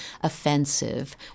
offensive